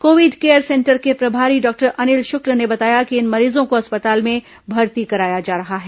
Covid care centre के प्रभारी doctor Anil Shukla ने बताया कि इन मरीजों को अस्पताल में भर्ती कराया जा रहा है